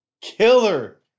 killer